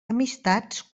amistats